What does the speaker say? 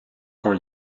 quand